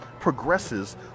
progresses